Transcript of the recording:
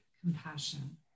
compassion